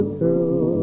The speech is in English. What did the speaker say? true